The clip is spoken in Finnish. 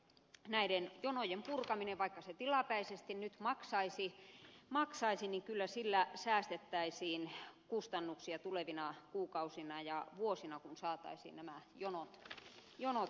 näiden jonojen purkamisella vaikka se tilapäisesti nyt maksaisi kyllä säästettäisiin kustannuksia tulevina kuukausina ja vuosina kun saataisiin nämä jonot purettua